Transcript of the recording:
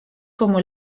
como